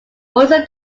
also